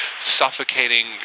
suffocating